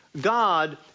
god